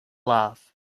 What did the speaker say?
laugh